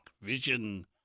vision